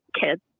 kids